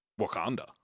Wakanda